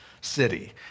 city